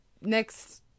next –